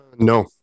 no